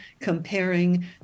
comparing